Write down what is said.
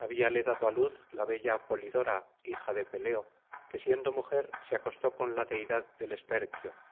habíale dado á luz la bella polidora hija de peleo que siendo mujer se acostó con la deidad del esperquio